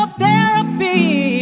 therapy